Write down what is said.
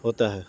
ہوتا ہے